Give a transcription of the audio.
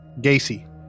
Gacy